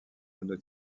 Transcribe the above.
mono